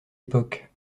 époque